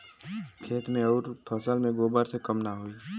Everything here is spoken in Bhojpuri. खेत मे अउर फसल मे गोबर से कम ना होई?